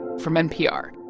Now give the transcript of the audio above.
from npr